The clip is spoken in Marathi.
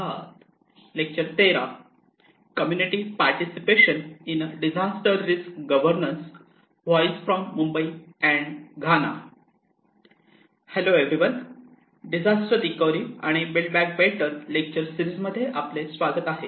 hello everyone disaster recovery and build back better lecture series मध्ये आपले स्वागत आहे